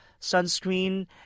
sunscreen